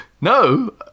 No